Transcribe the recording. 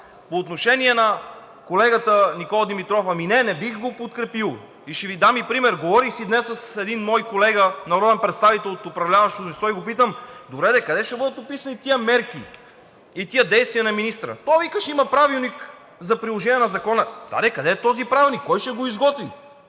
По отношение на колегата Никола Димитров – не, не бих го подкрепил, ще Ви дам и пример. Говорих днес с един мой колега народен представител от управляващото мнозинство и го питам: добре, къде ще бъдат описани тези мерки и тези действия на министъра? Той вика: ще има правилник за приложение на Закона. Къде е този правилник, кой ще го изготви